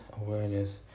Awareness